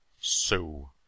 So